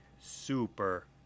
super